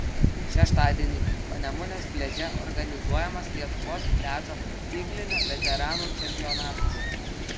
šeštadienį panemunės pliaže organizuojamas lietuvos pliažo tinklinio veteranų čempionatas